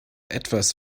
etwas